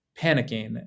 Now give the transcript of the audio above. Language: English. panicking